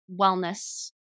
wellness